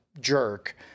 jerk